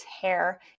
hair